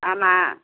ஆமாம்